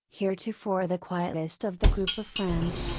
heretofore the quietest of the group of friends,